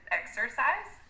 exercise